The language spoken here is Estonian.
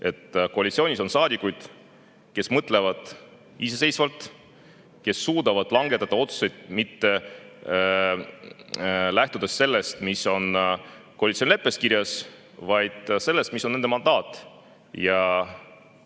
koalitsioonis on saadikuid, kes mõtlevad iseseisvalt, kes suudavad langetada otsuseid, mitte lähtudes sellest, mis on koalitsioonileppes kirjas, vaid sellest, mis on nende mandaat.